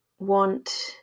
want